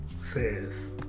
says